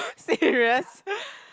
serious